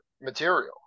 material